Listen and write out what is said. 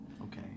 Okay